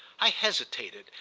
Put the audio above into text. i hesitated,